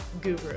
guru